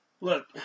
Look